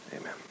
Amen